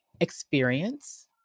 experience